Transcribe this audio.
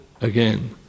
again